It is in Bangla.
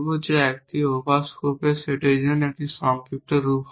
যা একটি ওভার স্কোপের সেটের জন্য একটি সংক্ষিপ্ত রূপ হবে